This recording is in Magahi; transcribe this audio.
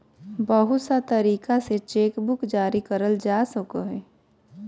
बहुत सा तरीका से चेकबुक जारी करल जा सको हय